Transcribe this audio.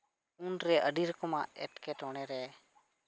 ᱩᱱᱨᱮ ᱟᱹᱰᱤ ᱨᱚᱠᱚᱢᱟᱜ ᱮᱸᱴᱠᱮᱴᱚᱬᱮ ᱨᱮ